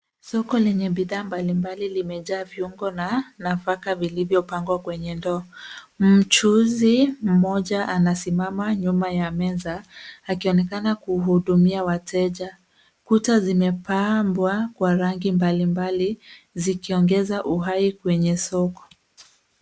Soko lenye bidhaa mbali mbali limejaa viungo na nafaka vilivyo pangwa kenye ndoo mchuuzi mmoja anasimama nyuma ya meza akionekana kuhudumia wateja kuta zimepambwa kwa rangi mbali mbali zikiongeza uhai kwenye soko.